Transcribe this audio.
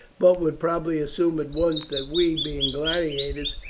but would probably assume at once that we, being gladiators,